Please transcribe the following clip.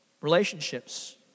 Relationships